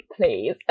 please